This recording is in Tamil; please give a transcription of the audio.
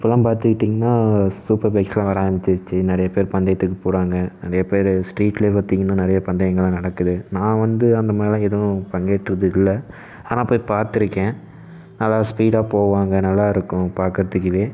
இப்போலாம் பார்த்துக்கிட்டீங்கனா சூப்பர் பைக்ஸ்யெல்லாம் வர ஆரம்பிச்சிருச்சு நிறைய பேர் பந்தயத்துக்கு போகிறாங்க நிறைய பேர் ஸ்ட்ரீட்லேயே பார்த்திங்கனா நிறைய பந்தயங்கள்லாம் நடக்குது நான் வந்து அது மாதிரி ஏதும் பங்கேற்றது இல்லை ஆனால் போய் பார்த்துருக்கேன் நல்லா ஸ்பீடாக போவாங்க நல்லா இருக்கும் பார்க்கறதுக்கு இது